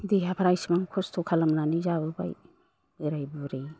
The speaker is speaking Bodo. देहाफ्रा एसेबां खस्थ' खालामनानै जाबोबाय बोराय बुरै